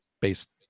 based